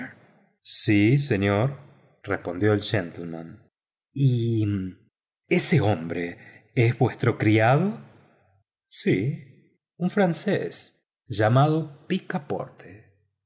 sí señor respondió el gentleman y ese hombre es vuestro criado sí un francés llamado picaporte